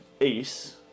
Ace